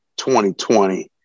2020